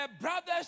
brothers